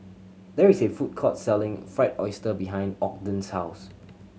there is a food court selling Fried Oyster behind Ogden's house